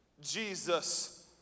Jesus